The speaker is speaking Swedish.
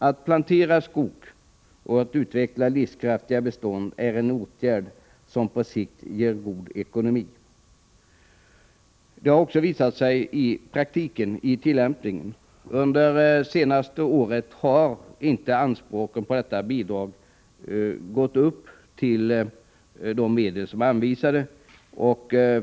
Att plantera skog och utveckla livskraftiga bestånd är en åtgärd som på sikt ger god ekonomi. Det har också visat sig i den praktiska tillämpningen under det senaste året att anspråken på detta bidrag inte gått upp till de medel som är anvisade.